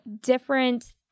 different